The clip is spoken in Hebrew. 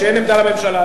כשאין עמדה לממשלה,